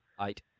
Eight